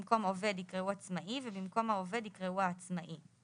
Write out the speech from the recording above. במקום "עובד" ייקראו "עצמאי" ובמקום "העובד" ייקראו "העצמאי";